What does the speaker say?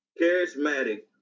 Charismatic